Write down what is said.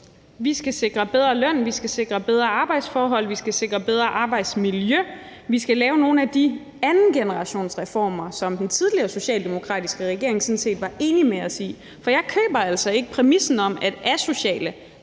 Vi skal sikre bedre løn, vi skal sikre bedre arbejdsforhold, vi skal sikre bedre arbejdsmiljø, og vi skal lave nogle af de andengenerationsreformer, som den tidligere socialdemokratiske regering sådan set var enig med os i. For jeg køber altså ikke præmissen om, at asociale